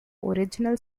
original